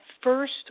first